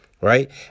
right